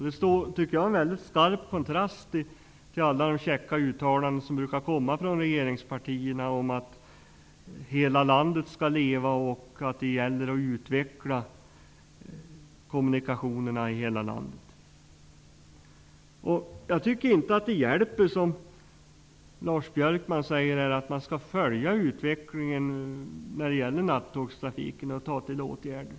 De står i stark kontrast mot alla käcka uttalanden som brukar komma från regeringspartierna om att hela landet skall leva och att det gäller att utveckla kommunikationerna i hela landet. Jag tycker inte att det hjälper att, som Lars Björkman säger, följa utvecklingen när det gäller nattågstrafiken och vidta åtgärder.